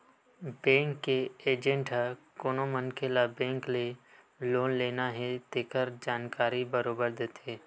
bank के agent ह कोनो मनखे ल बेंक ले लोन लेना हे तेखर जानकारी बरोबर देथे